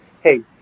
hey